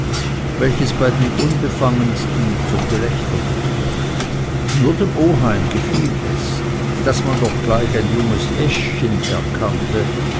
welches bei den unbefangensten zum gelächter wurde nur dem oheim gefiel es daß man doch gleich ein junges eschchen erkannte